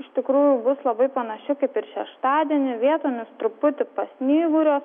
iš tikrųjų bus labai panaši kaip ir šeštadienį vietomis truputį pasnyguriuos